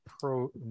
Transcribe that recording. pro